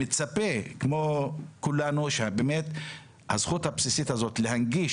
מצפה כמו כולנו שבאמת הזכות הבסיסית הזאת להנגיש